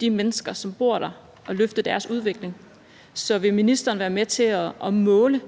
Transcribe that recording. de mennesker, som bor der, løfte deres udvikling. Så vil ministeren være med til at måle